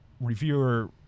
reviewer